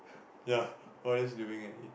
ya all of them sleeping already